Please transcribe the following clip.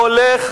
הולך